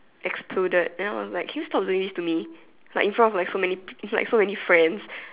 extruded then I was like can you stop doing this to me like in front of my so many it's like so many friends